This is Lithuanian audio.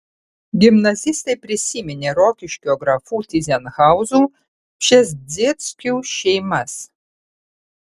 gimnazistai prisiminė rokiškio grafų tyzenhauzų pšezdzieckių šeimas